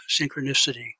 synchronicity